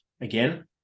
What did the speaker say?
again